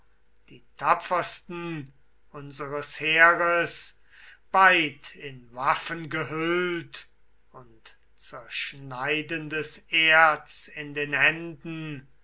die tapfersten unseres heeres beid in waffen gehüllt und zerschneidendes erz in den händen